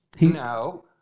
No